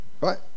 Right